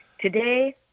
Today